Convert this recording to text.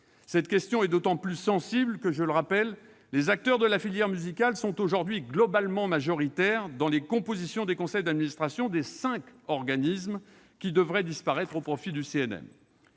Cette question est d'autant plus sensible que, je le rappelle, les acteurs de la filière musicale sont aujourd'hui globalement majoritaires dans la composition des conseils d'administration des cinq organismes qui devraient disparaître au profit du CNM.